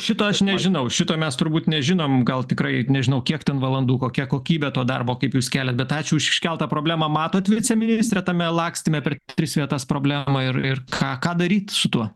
šito aš nežinau šito mes turbūt nežinom gal tikrai nežinau kiek ten valandų kokia kokybė to darbo kaip jūs keliat bet ačiū už iškeltą problemą matot viceministre tame lakstyme per tris vietas problemą ir ir ką ką daryt su tuo